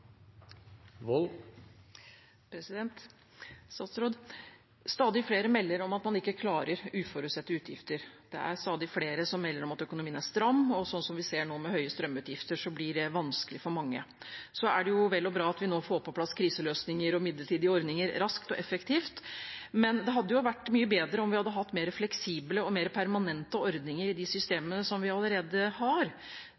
Stadig flere melder om at man ikke klarer uforutsette utgifter. Det er stadig flere som melder om at økonomien er stram, og sånn vi ser det nå, med høye strømutgifter, blir det vanskelig for mange. Det er vel og bra at vi nå får på plass kriseløsninger og midlertidige ordninger raskt og effektiv, men det hadde vært mye bedre om vi hadde hatt mer fleksible og mer permanente ordninger i de